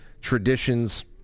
traditions